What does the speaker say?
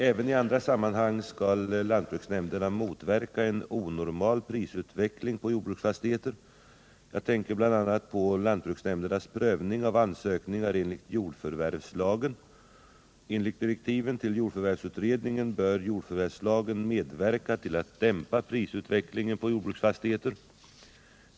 Även i andra sammanhang skall lantbruksnämnderna motverka en onormal prisutveckling på jordbruksfastigheter. Jag tänker bl.a. på lantbruksnämndernas prövning av ansökningar enligt jordförvärvslagen. Enligt direktiven till jordförvärvsutredningen bör jordförvärvslagen medverka till att dämpa prisutvecklingen på jordbruksfastigheter.